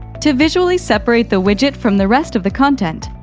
to visually separate the widget from the rest of the content,